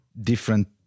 different